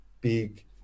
big